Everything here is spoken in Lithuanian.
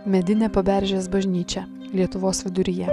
medinė paberžės bažnyčia lietuvos viduryje